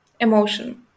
emotion